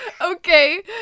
okay